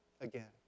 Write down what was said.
again